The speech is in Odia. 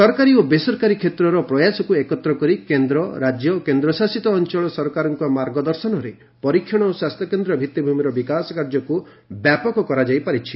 ସରକାରୀ ଓ ବେସରକାରୀ କ୍ଷେତ୍ରର ପ୍ରୟାସକୁ ଏକତ୍ର କରି କେନ୍ଦ୍ର ରାଜ୍ୟ ଓ କେନ୍ଦ୍ରଶାସିତ ଅଞ୍ଚଳ ସରକାରଙ୍କ ମାର୍ଗଦର୍ଶନରେ ପରୀକ୍ଷଣ ଓ ସ୍ୱାସ୍ଥ୍ୟକେନ୍ଦ୍ର ଭିଭିଭୂମିର ବିକାଶ କାର୍ଯ୍ୟକୁ ବ୍ୟାପକ କରାଯାଇପାରିଛି